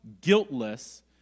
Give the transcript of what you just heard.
guiltless